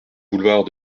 boulevard